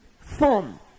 form